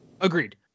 Agreed